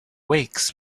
wakes